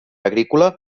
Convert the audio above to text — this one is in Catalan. agrícola